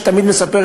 היא תמיד מספרת,